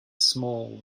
small